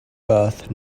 birth